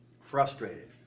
frustrated